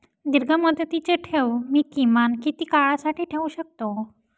दीर्घमुदतीचे ठेव मी किमान किती काळासाठी ठेवू शकतो?